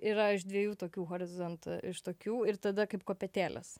yra iš dviejų tokių horizont iš tokių ir tada kaip kopėtėlės